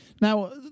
Now